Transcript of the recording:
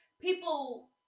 People